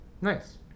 Nice